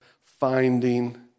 finding